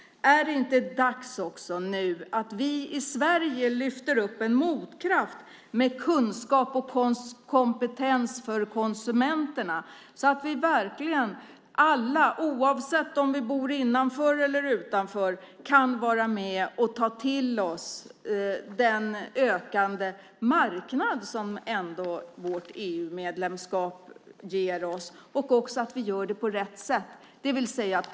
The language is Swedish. Är det inte dags nu att vi i Sverige lyfter fram en motkraft med kunskap och kompetens för konsumenterna så att vi verkligen alla, oavsett om vi bor innanför eller utanför, kan vara med och ta till oss den ökande marknad som vårt EU-medlemskap ger oss och också göra det på rätt sätt?